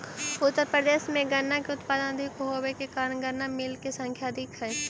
उत्तर प्रदेश में गन्ना के उत्पादन अधिक होवे के कारण गन्ना मिलऽ के संख्या अधिक हई